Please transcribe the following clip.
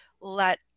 let